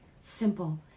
simple